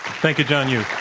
thank you, john yoo.